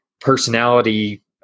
personality